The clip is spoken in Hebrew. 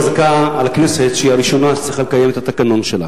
חזקה על הכנסת שהיא הראשונה שצריכה לקיים את התקנון שלה.